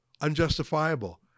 unjustifiable